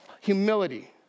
humility